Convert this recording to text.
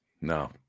No